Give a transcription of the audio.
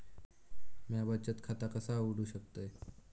म्या बचत खाता कसा उघडू शकतय?